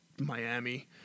Miami